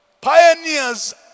pioneers